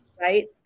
right